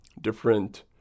different